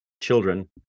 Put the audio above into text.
children